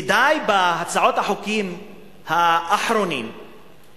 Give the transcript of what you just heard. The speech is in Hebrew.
ודי בהצעות החוקים האחרונות,